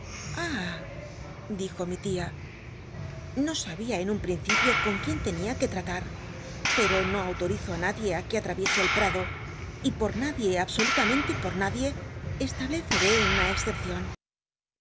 dijo mi tia no sabia en un llrincipio con quién tenia que lratat pero no autorizo i nadie i que at ayiesc el prado y por nad ie absolutamente por nadie estableceré una excepcion